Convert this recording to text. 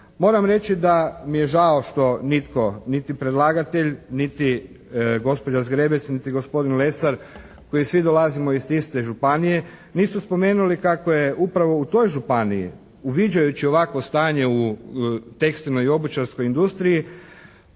Moram reći da mi je žao što nitko, niti predlagatelj, niti gospođa Zgrebec, niti gospodin Lesar koji svi dolazimo iz iste županije, nisu spomenuli kako je upravo u toj županiji uviđajući ovakvo stanje u tekstilnoj i obućarskoj industriji